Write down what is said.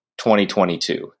2022